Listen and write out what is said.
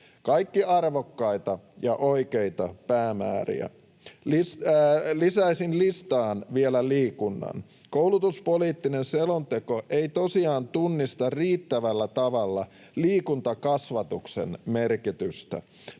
kaikki arvokkaita ja oikeita päämääriä. Lisäisin listaan vielä liikunnan. Koulutuspoliittinen selonteko ei tosiaan tunnista riittävällä tavalla liikuntakasvatuksen merkitystä.